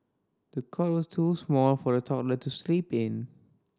the cot was too small for the toddler to sleep in